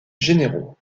généraux